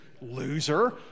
loser